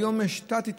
היום יש תת-התמחויות,